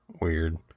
weird